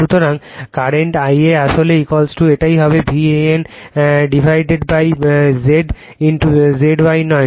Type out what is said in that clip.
সুতরাং current I a আসলে একই হবে V AN divided by Z Z Y নয়